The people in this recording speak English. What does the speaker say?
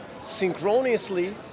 synchronously